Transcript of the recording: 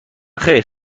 خیر